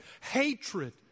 hatred